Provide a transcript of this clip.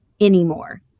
anymore